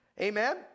Amen